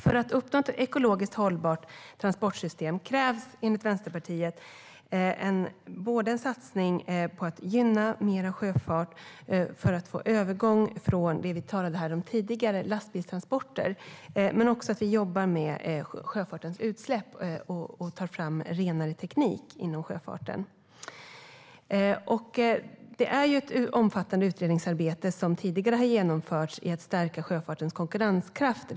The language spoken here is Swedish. För att uppnå ett ekologiskt hållbart transportsystem krävs enligt Vänsterpartiet både en satsning på att gynna mer sjöfart för att få en övergång från lastbilstransporter, som vi talade om här tidigare, och att vi jobbar med sjöfartens utsläpp och tar fram renare teknik inom sjöfarten. Ett omfattande utredningsarbete har tidigare genomförts i syfte att stärka sjöfartens konkurrenskraft.